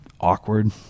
awkward